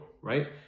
right